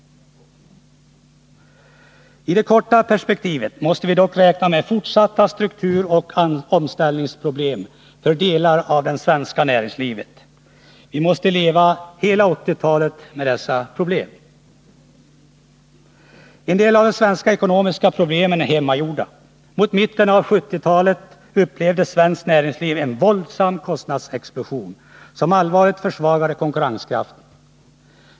I det korta perspektivet måste vi dock räkna med fortsatta strukturoch omställningsproblem för delar av det svenska näringslivet. Vi måste leva hela 1980-talet med dessa problem. En del av de svenska ekonomiska problemen är hemmagjorda. Mot mitten av 1970-talet upplevde svenskt näringsliv en våldsam kostnadsexplosion, som allvarligt försvagade konkurrenskraften.